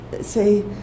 say